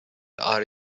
are